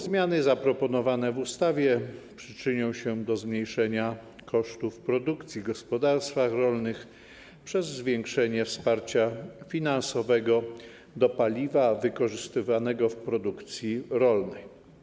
Zmiany zaproponowane w ustawie przyczynią się do zmniejszenia kosztów produkcji w gospodarstwach rolnych przez zwiększenie wsparcia finansowego w przypadku paliwa wykorzystywanego w produkcji rolnej.